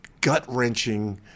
gut-wrenching